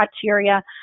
criteria